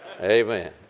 Amen